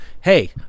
Hey